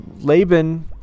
Laban